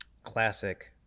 classic